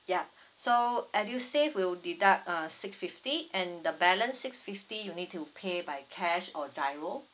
ya so edusave will deduct uh six fifty and the balance six fifty you need to pay by cash or GIRO